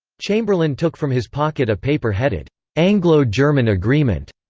chamberlain took from his pocket a paper headed anglo-german agreement,